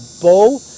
bow